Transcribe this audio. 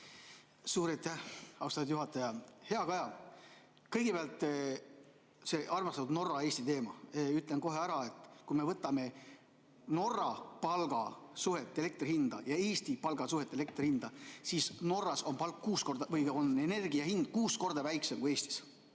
austatud juhataja! Hea Kaja! Kõigepealt see armastatud Norra ja Eesti teema. Ütlen kohe ära, et kui me võtame Norra palga suhte elektri hinda ja Eesti palga suhte elektri hinda, siis Norras on energia hind kuus korda väiksem kui Eestis.